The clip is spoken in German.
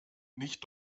nicht